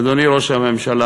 אדוני ראש הממשלה,